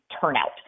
turnout